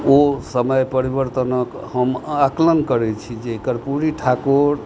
ओ समय परिवर्तनक हम अकलन करै छी जे कर्पूरी ठाकुर